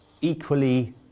equally